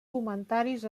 comentaris